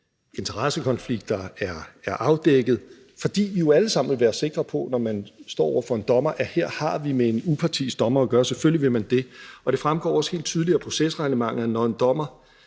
interessekonflikter er afdækket, fordi vi jo alle sammen vil være sikre på, når vi står over for en dommer, at her har vi med en upartisk dommer at gøre – selvfølgelig vil man det. Og det fremgår også helt tydeligt af procesreglementet, hvornår en dommer